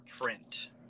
print